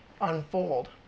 unfold